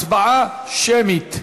אנחנו עוברים להצבעה שמית.